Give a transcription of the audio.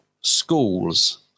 schools